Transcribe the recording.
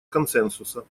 консенсуса